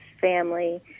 family